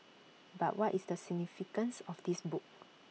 but what is the significance of this book